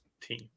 team